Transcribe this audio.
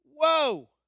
Whoa